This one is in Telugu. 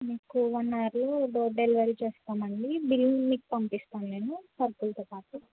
మీకు వన్ అవర్లో డోర్ డెలివరీ చేస్తామండి బిల్ మీకు పంపిస్తాం మేము సరుకులతో పాటు